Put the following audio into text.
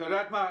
את יודעת מה,